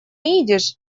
идиш